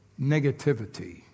negativity